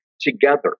together